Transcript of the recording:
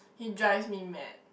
he drives me mad